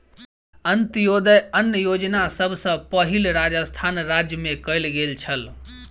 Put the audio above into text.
अन्त्योदय अन्न योजना सभ सॅ पहिल राजस्थान राज्य मे कयल गेल छल